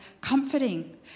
comforting